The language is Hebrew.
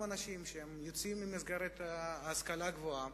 אנשים שיוצאים ממסגרת של השכלה גבוהה,